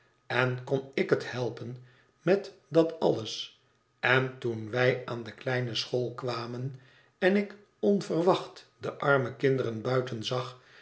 en kon ik het helpen met dat alles en toen wij aan de kleine school kwamen en ik onverwacht de arme kinderen buiten zag